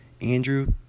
andrew